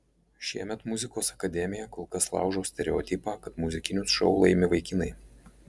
šiemet muzikos akademija kol kas laužo stereotipą kad muzikinius šou laimi vaikinai